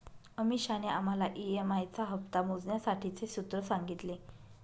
अमीषाने आम्हाला ई.एम.आई चा हप्ता मोजण्यासाठीचे सूत्र सांगितले